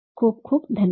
खूप खूप धन्यवाद